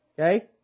Okay